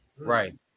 Right